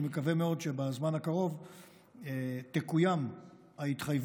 אני מקווה מאוד שבזמן הקרוב תקוים ההתחייבות